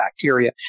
bacteria